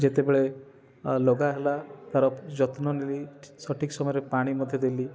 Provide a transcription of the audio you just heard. ଯେତେବେଳେ ଲଗାହେଲା ତା'ର ଯତ୍ନନେଲି ସଠିକ୍ ସମୟରେ ପାଣି ମଧ୍ୟ ଦେଲି